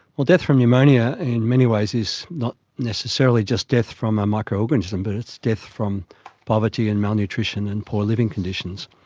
well, death from pneumonia in many ways is not necessarily just death from a microorganism but it's death from poverty and malnutrition and poor living conditions.